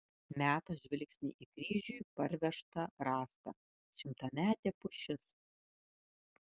meta žvilgsnį į kryžiui parvežtą rąstą šimtametė pušis